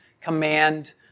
command